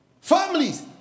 Families